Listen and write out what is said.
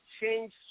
change